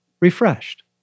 refreshed